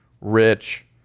rich